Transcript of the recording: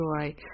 joy